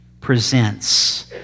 Presents